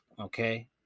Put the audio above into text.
okay